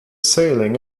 sailing